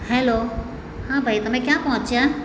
hello હા ભાઈ તમે ક્યાં પહોંચ્યા